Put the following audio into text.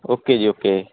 okay ਜੀ okay